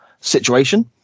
situation